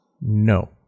No